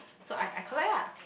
so I I collect ah